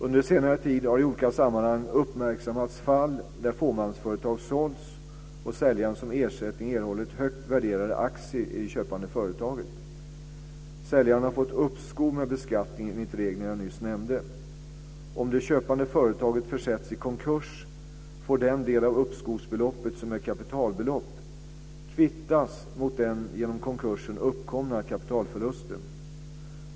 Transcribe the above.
Under senare tid har i olika sammanhang uppmärksammats fall där fåmansföretag sålts och säljaren som ersättning erhållit högt värderade aktier i det köpande företaget. Säljaren har fått uppskov med beskattningen enligt reglerna jag nyss nämnde. Om det köpande företaget försätts i konkurs får den del av uppskovsbeloppet som är kapitalbelopp kvittas mot den genom konkursen uppkomna kapitalförlusten.